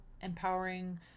empowering